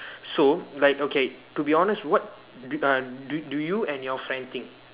so like okay to be honest what uh do do you and your friend think